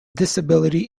disability